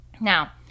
now